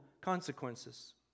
consequences